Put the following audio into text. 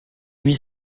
huit